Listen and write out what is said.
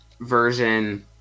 version